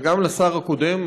וגם לשר הקודם,